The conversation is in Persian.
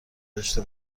داشته